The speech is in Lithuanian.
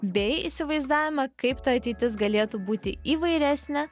bei įsivaizdavimą kaip ta ateitis galėtų būti įvairesnė